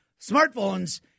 smartphones